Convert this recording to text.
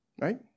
Right